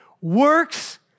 works